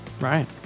Right